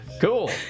Cool